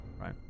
right